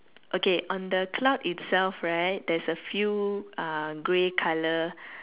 okay on the cloud itself right there's a few uh grey colour